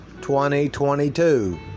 2022